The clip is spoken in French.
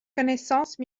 connaissance